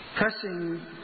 Pressing